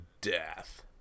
death